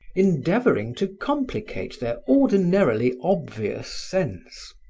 endeavoring to complicate their ordinarily obvious sense.